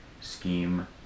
scheme